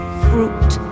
fruit